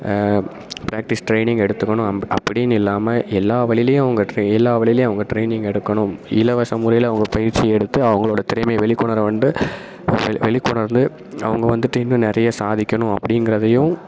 practice training எடுத்துக்கணும் அம்பு அப்படின்னு இல்லாமல் எல்லா வழியிலையும் அவங்க ட்ரை எல்லா வழியிலையும் ட்ரைனிங் எடுக்கணும் இலவச முறையில் அவங்க பயிற்சி எடுத்து அவங்களோட திறமையை வெளிக்கொணர வந்துட்டு வெ வெளிக்கொணர்ந்து அவங்க வந்துவிட்டு இன்னும் நிறைய சாதிக்கணும் அப்படிங்கிறதையும்